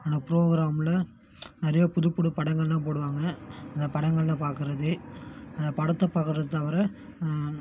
அந்த ப்ரோக்ராம்ல நிறைய புதுப்புது படங்கள்லாம் போடுவாங்க அந்த படங்கள்லாம் பார்க்கறது அந்த படத்தை பார்க்கறத தவிர